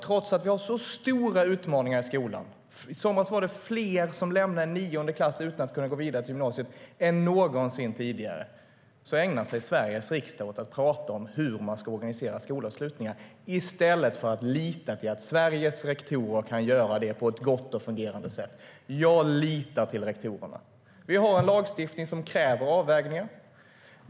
Trots att vi har så stora utmaningar i skolan - i somras var det fler som lämnade nionde klass utan att kunna gå vidare till gymnasiet än någonsin tidigare - ägnar sig Sveriges riksdag åt att prata om hur man ska organisera skolavslutningar, i stället för att lita på att Sveriges rektorer kan göra det på ett gott och fungerande sätt. Jag litar på rektorerna. Vi har en lagstiftning som kräver avvägningar.